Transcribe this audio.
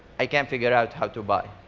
i can't figure out how to buy.